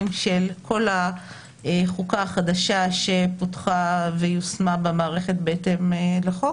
של כל החוקה החדשה שפיתחה ויושמה במערכת בהתאם לחוק.